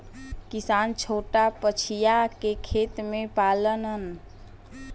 किसान छोटा बछिया के खेत में पाललन